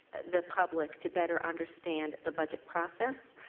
the public to better understand the budget process.